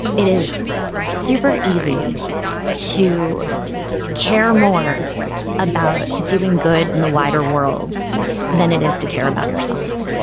it is super easy to care more about doing good in the wider world than it is to care about yourself.